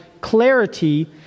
clarity